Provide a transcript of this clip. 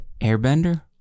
airbender